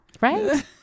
Right